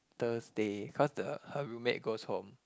Thursday cause the her roommate goes home